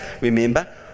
Remember